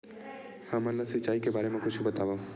हमन ला सिंचाई के बारे मा कुछु बतावव?